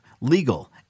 legal